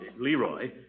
Leroy